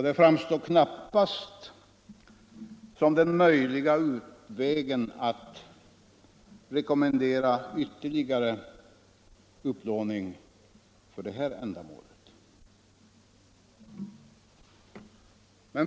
Det framstår knappast som den möjliga utvägen att rekommendera ytterligare upplåning för det här ändamålet.